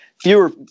fewer